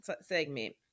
segment